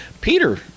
Peter